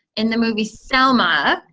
in the movie selma,